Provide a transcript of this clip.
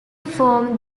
formed